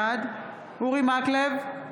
בעד אורי מקלב,